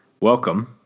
welcome